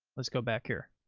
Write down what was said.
let's go back here.